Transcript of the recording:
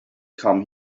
come